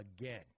again